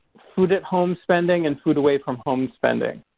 food at home spending and food away from home spending.